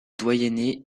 doyenné